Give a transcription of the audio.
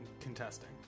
contesting